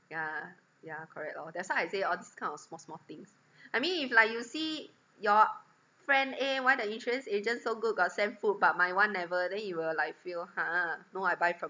yeah yeah correct lor that's why I say all these kind of small small things I mean if like you see your friend A why the insurance agent so good got send food but my one never then you will like feel !huh! no I buy from